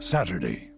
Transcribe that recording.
Saturday